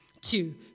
Two